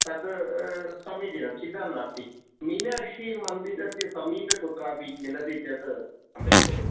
तद् समीचीनं चिन्ता नास्ति मीनाक्षीमन्दिरस्य समीपे कुत्रापि मिलति चेत् सम्यक् भवति